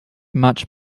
much